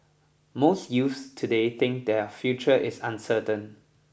most youths today think their future is uncertain